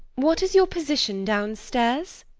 what is your position downstairs?